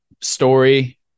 story